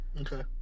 Okay